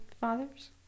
fathers